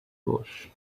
wash